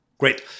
Great